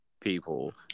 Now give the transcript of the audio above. people